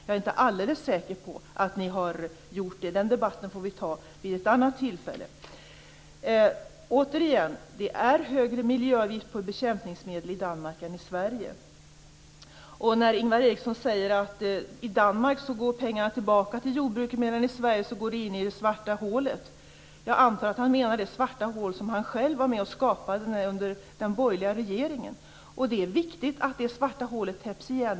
Jag är inte alldeles säker på att det har skett. Den debatten får vi ta vid ett annat tillfälle. Återigen vill jag säga att det är högre miljöavgift på bekämpningsmedel i Danmark än i Sverige. Ingvar Eriksson säger att pengarna i Danmark går tillbaka till jordbruket medan de i Sverige går in i det svarta hålet. Jag antar att han menar det svarta hål som han själv var med och skapade under den borgerliga regeringen. Det är viktigt att det svarta hålet täpps igen.